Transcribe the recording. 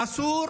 ואסור,